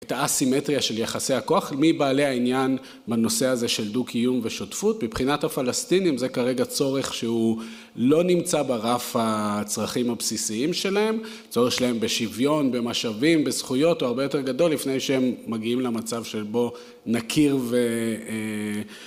את הסימטריה של יחסי הכוח, מבעלי העניין בנושא הזה של דו קיום ושותפות, מבחינת הפלסטינים זה כרגע צורך שהוא לא נמצא ברף הצרכים הבסיסיים שלהם, צורך שלהם בשוויון, במשאבים, בזכויות הוא הרבה יותר גדול לפני שהם מגיעים למצב של בוא נכיר